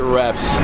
reps